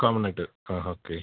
കോമണായിട്ട് ആ ഓക്കെ